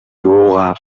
юугаа